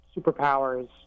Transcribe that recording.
superpowers